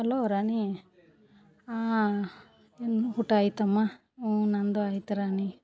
hello Rani ಹಾಂ ಊಟ ಆಯ್ತಮ್ಮ ಹ್ಞೂ ನಂದು ಆಯ್ತು ರಾಣಿ